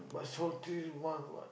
but salty [one] [what]